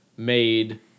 made